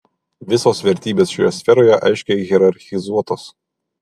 visos vertybės šioje sferoje aiškiai hierarchizuotos